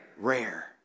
Rare